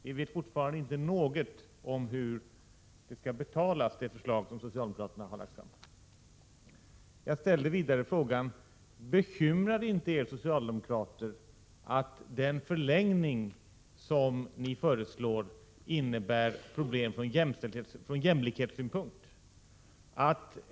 Vi vet fortfarande ingenting om hur det förslag som socialdemokraterna har lagt fram skall betalas. För det tredje frågade jag: Bekymrar det inte er socialdemokrater att den förlängning som ni föreslår innebär problem från jämlikhetssynpunkt?